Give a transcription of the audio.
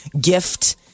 gift